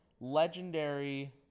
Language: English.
legendary